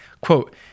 Quote